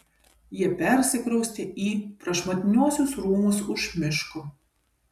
jie persikraustė į prašmatniuosius rūmus už miško